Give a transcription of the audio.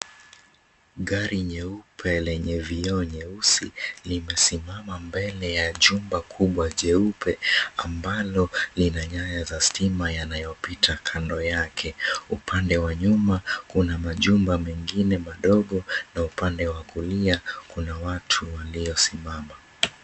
Gari nyeupe lenye vioo nyeusi limesimama mbele ya jumba kubwa jeupe ambalo lina nyaya za stima yanayopita kando yake. Upande wa nyuma kuna majumba mengine madogo na upande wa kulia kuna watu waliosimama.